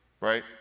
right